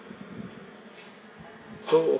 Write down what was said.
so